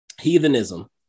Heathenism